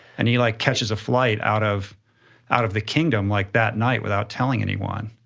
and he like catches a flight out of out of the kingdom like that night without telling anyone.